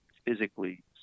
Physically